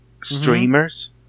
streamers